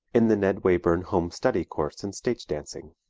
in the ned wayburn home study course in stage dancing.